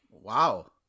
Wow